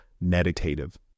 meditative